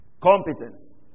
Competence